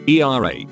ERH